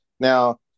Now